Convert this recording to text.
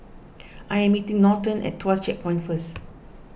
I am meeting Norton at Tuas Checkpoint first